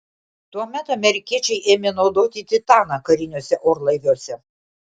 tuomet amerikiečiai ėmė naudoti titaną kariniuose orlaiviuose